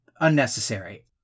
unnecessary